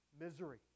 misery